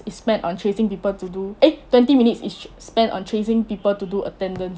is spent on chasing people to do eh twenty minutes is spent on chasing people to do attendance